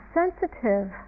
sensitive